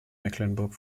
mecklenburg